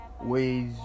ways